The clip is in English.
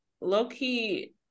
low-key